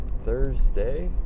Thursday